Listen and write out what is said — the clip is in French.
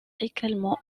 également